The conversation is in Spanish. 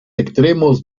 extremos